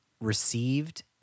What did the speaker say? received